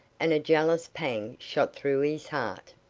and a jealous pang shot through his heart.